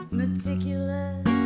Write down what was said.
meticulous